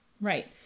Right